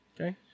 Okay